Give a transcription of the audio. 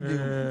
בדיוק.